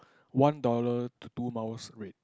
one dollar to two miles rate